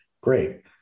Great